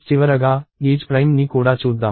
చివరగా isPrime ని కూడా చూద్దాం